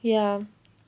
ya